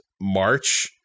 March